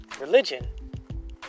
religion